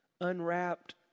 unwrapped